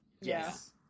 Yes